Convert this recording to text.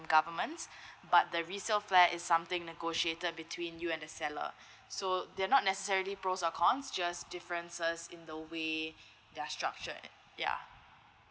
governments but the resale flat is something negotiated between you and the sller so they are not necessarily pros or cons just differences in the way they're structured yeah